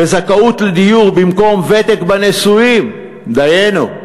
בזכאות לדיור במקום ותק בנישואים, דיינו.